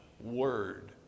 word